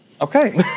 okay